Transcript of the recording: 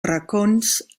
racons